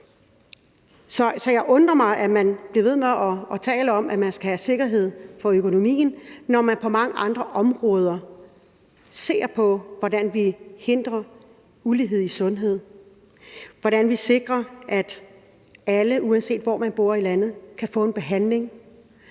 Så det undrer mig, at man bliver ved med at tale om, at man skal have sikkerhed for økonomien, når man på mange andre områder ser på, hvordan vi kan hindre ulighed i sundhed; hvordan vi sikrer, at alle, uanset hvor man bor i landet, kan få en behandling;